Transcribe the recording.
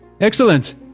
Excellent